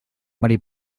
mari